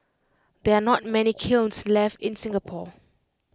there are not many kilns left in Singapore